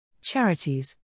Charities